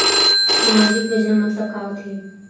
सामजिक योजना मतलब का होथे?